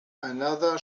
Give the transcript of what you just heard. another